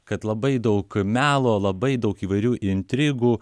kad labai daug melo labai daug įvairių intrigų